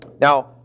Now